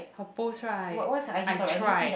her post right I tried